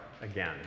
again